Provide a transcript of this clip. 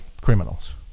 criminals